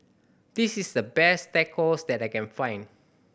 this is the best Tacos that I can find